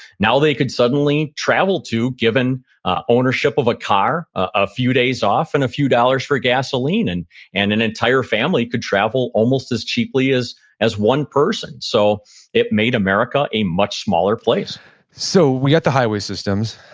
now they could suddenly travel to given ownership of a car, a few days off, and a few dollars for gasoline. and and an entire family could travel almost as cheaply as as one person. so it made america a much smaller place so we got the highway systems.